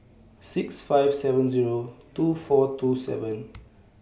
six five seven Zero two four two seven